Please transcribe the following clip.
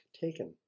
taken